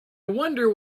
wonder